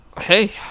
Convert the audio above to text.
Hey